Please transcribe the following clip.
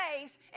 faith